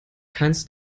keins